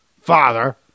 Father